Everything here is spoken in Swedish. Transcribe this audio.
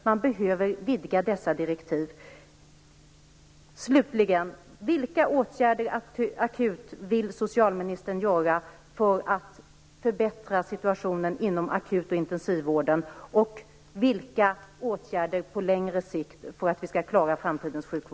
Man behöver vidga dessa direktiv.